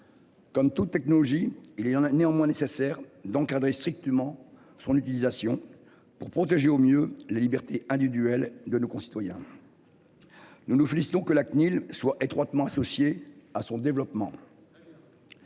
Comme toute technologie, il y en a néanmoins nécessaire d'encadrer strictement son utilisation pour protéger au mieux la liberté a du duel de nos concitoyens. Nous nous félicitons que la CNIL soit étroitement associé à son développement.